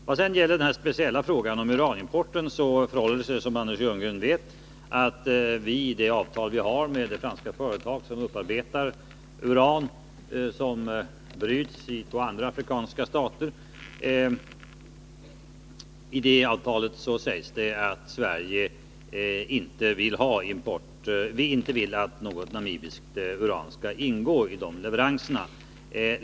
Beträffande den speciella frågan om uranimporten förhåller det sig, som Anders Ljunggren vet, så att det i det avtal som vi har med det franska företag som upparbetar uran som bryts i två andra afrikanska stater står att Sverige inte vill att något namibiskt uran skall ingå i leveranserna.